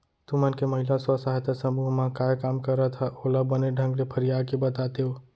तुमन के महिला स्व सहायता समूह म काय काम करत हा ओला बने ढंग ले फरिया के बतातेव?